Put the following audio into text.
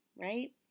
right